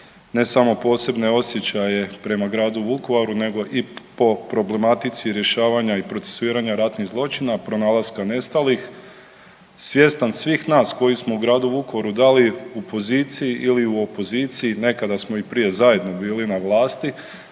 ne samo posebne osjećaje prema gradu Vukovaru nego i po problematici rješavanja i procesuiranja ratnih zločina, pronalaska nestalih svjestan svih nas koji smo u gradu Vukovaru da li u opoziciji ili u poziciji nekada smo i prije zajedno bili na vlasti,